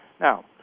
Now